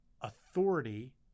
authority